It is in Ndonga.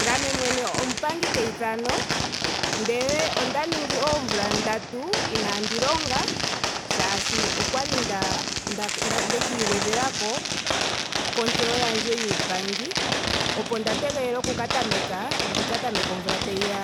Ngame mwene omupangi keithano. ndele onda ningi oomvula ndatu inaandi longa shaashhi okwali nda- nda- ndaka igwedhela kontseyo yandje yuupangi. opo nda tegelela oku ka tameka ndi tameke omvula tayiya